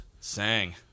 Sang